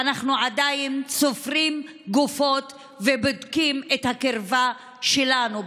ואנחנו עדין סופרים גופות ובודקים את הקרבה שלנו.